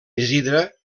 isidre